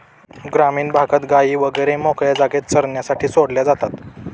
ग्रामीण भागात गायी वगैरे मोकळ्या जागेत चरण्यासाठी सोडल्या जातात